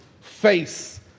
face